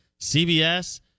CBS